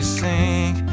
sink